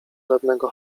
żadnego